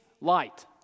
light